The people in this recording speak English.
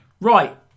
Right